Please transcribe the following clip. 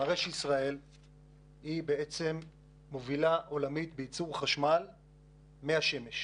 שמראה שישראל בעצם מובילה עולמית בייצור חשמל מהשמש.